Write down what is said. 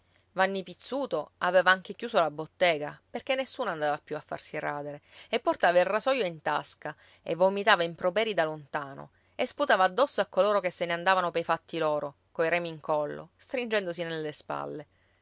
vanni pizzuto aveva anche chiuso la bottega perché nessuno andava più a farsi radere e portava il rasoio in tasca e vomitava improperi da lontano e sputava addosso a coloro che se ne andavano pei fatti loro coi remi in collo stringendosi nelle spalle